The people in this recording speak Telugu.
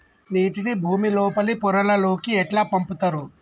నీటిని భుమి లోపలి పొరలలోకి ఎట్లా పంపుతరు?